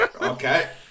Okay